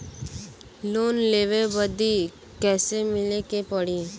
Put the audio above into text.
Loan लेवे बदी कैसे मिले के पड़ी?